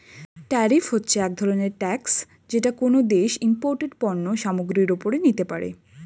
tariff হচ্ছে এক ধরনের ট্যাক্স যেটা কোনো দেশ ইমপোর্টেড পণ্য সামগ্রীর ওপরে নিতে পারে